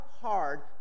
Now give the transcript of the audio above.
hard